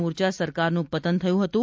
મોરચા સરકારનું પતન થયું હતું